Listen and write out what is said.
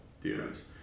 theaters